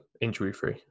injury-free